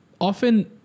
often